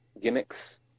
gimmicks